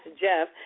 Jeff